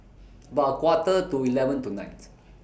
about Quarter to eleven tonight